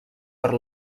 per